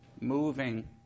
moving